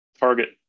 target